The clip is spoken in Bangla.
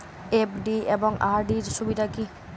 এফ.ডি এবং আর.ডি এর সুবিধা কী?